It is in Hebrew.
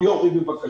יוכי גנסין בבקשה.